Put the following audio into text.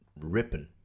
ripping